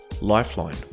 Lifeline